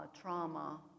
trauma